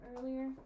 earlier